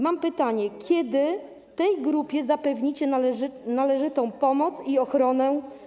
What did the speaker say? Mam pytanie: Kiedy tej grupie zapewnicie należytą pomoc i ochronę?